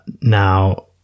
Now